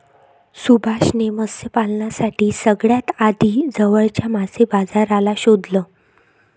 सुभाष ने मत्स्य पालनासाठी सगळ्यात आधी जवळच्या मासे बाजाराला शोधलं